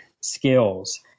skills